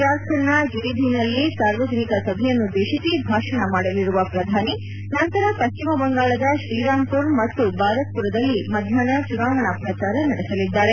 ಜಾರ್ಖಂಡ್ನ ಗಿರಿಧಿನಲ್ಲಿ ಸಾರ್ವಜನಿಕ ಸಭೆಯನ್ನುದ್ದೇಶಿಸಿ ಭಾಷಣ ಮಾದಲಿರುವ ಪ್ರಧಾನಿ ನಂತರ ಪಶ್ಚಿಮಬಂಗಾಳದ ಶ್ರೀರಾಂಪುರ್ ಮತ್ತು ಬಾರಕ್ಪುರದಲ್ಲಿ ಮಧ್ಯಾಹ್ನ ಚುನಾವಣಾ ಪ್ರಚಾರ ನಡೆಸಲಿದ್ದಾರೆ